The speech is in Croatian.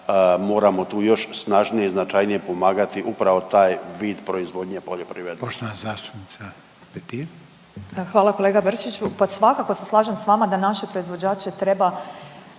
moramo tu još snažnije i značajnije pomagati upravo taj vid proizvodnje poljoprivrednicima.